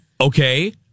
okay